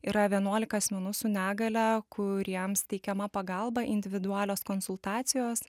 yra vienuolika asmenų su negalia kuriems teikiama pagalba individualios konsultacijos